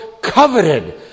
coveted